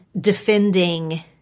defending